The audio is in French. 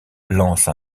lance